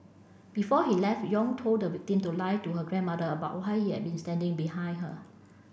before he left Yong told the victim to lie to her grandmother about why he had yet been standing behind her